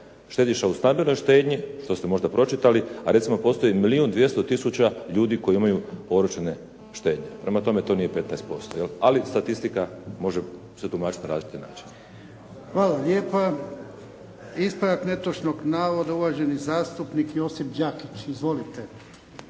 štediša u stambenoj štednji što ste možda pročitali, a recimo postoji milijun 200 tisuća ljudi koji imaju oročene štednje, prema tome to nije 15%, je li, ali statistika može se tumačiti na različite načine. **Jarnjak, Ivan (HDZ)** Hvala lijepa. Ispravak netočnog navoda, uvaženi zastupnik Josip Đakić. Izvolite.